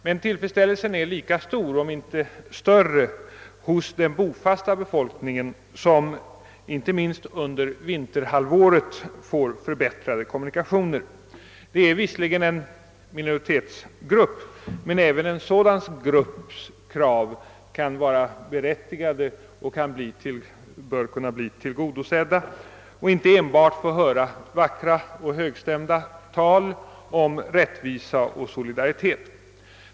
Men tillfredsställelsen är lika stor om inte större hos den bofasta befolkningen, som inte minst under vinterhalvåret får förbättrade kommunikationer. Det är visserligen en minoritetsgrupp men även en sådan grupps krav kan vara berättigade och bör kunna bli tillgodosedda. Dessa människor bör inte enbart få höra vackra och högstämda tal om rättvisa och solidaritet.